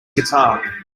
guitar